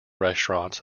restaurants